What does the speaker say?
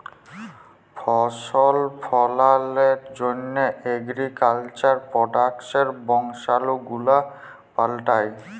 ফসল ফললের জন্হ এগ্রিকালচার প্রডাক্টসের বংশালু গুলা পাল্টাই